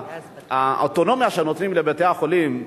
האוטונומיה שנותנים לבתי-החולים,